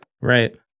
Right